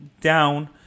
down